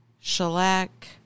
shellac